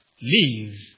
leave